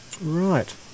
Right